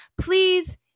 please